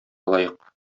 лаек